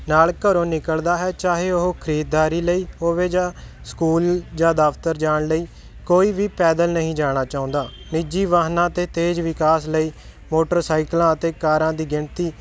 ਨਾਲ ਘਰੋਂ ਨਿਕਲਦਾ ਹੈ ਚਾਹੇ ਉਹ ਖਰੀਦਦਾਰੀ ਲਈ ਹੋਵੇ ਜਾਂ ਸਕੂਲ ਜਾਂ ਦਫ਼ਤਰ ਜਾਣ ਲਈ ਕੋਈ ਵੀ ਪੈਦਲ ਨਹੀਂ ਜਾਣਾ ਚਾਹੁੰਦਾ ਨਿੱਜੀ ਵਾਹਨਾਂ ਅਤੇ ਤੇਜ਼ ਵਿਕਾਸ ਲਈ ਮੋਟਰ ਸਾਈਕਲਾਂ ਅਤੇ ਕਾਰਾਂ ਦੀ ਗਿਣਤੀ